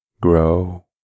grow